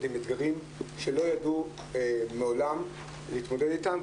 עם אתגרים שלא ידעו מעולם להתמודד איתם.